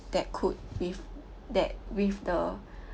that could with that with the